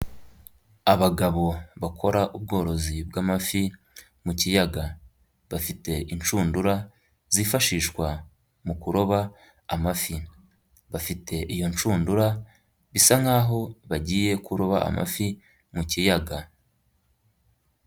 Abagabo bakora ubworozi bw'amafi mu kiyaga bafite inshundura zifashishwa mu kuroba amafi, bafite iyo nshundura bisa nkaho bagiye kuroba amafi mu kiyaga.